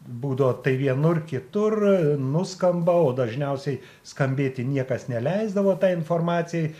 būdavo tai vienur kitur nuskamba o dažniausiai skambėti niekas neleisdavo tai informacijai